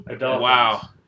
Wow